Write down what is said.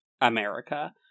America